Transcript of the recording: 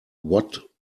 what